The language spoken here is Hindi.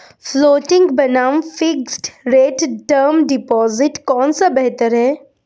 फ्लोटिंग बनाम फिक्स्ड रेट टर्म डिपॉजिट कौन सा बेहतर है?